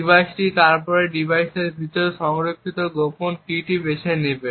ডিভাইসটি তারপরে ডিভাইসের ভিতরে সংরক্ষিত গোপন কীটি বেছে নেবে